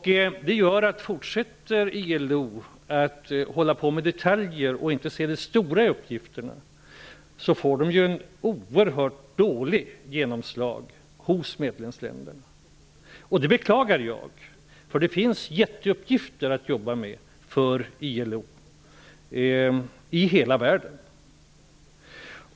Om ILO fortsätter att hålla på med detaljer i stället för att se till helheten i uppgifterna, kommer man att få ett mycket dåligt ggenomslag hos medlemsländerna. Det beklagar jag. Det finns mycket stora uppgifter för ILO att jobba med i hela världen.